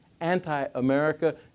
anti-America